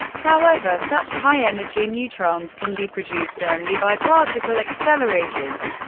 however such high-energy neutrons can be produced only by particle accelerators.